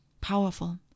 Powerful